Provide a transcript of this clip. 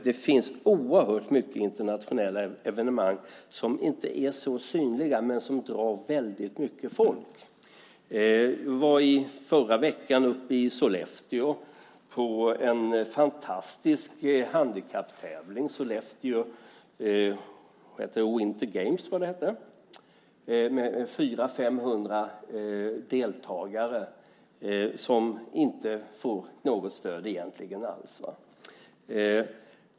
Det finns ju oerhört många internationella evenemang som inte är så synliga men som drar väldigt mycket folk. Förra veckan var jag uppe i Sollefteå på en fantastisk handikapptävling - Sollefteå Winter Games tror jag att det hette - som hade 400-500 deltagare och som egentligen inte får något stöd alls.